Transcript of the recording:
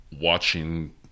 watching